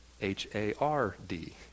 H-A-R-D